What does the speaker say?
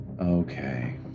Okay